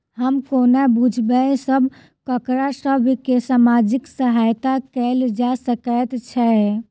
हम कोना बुझबै सँ ककरा सभ केँ सामाजिक सहायता कैल जा सकैत छै?